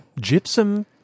Gypsum